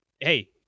Hey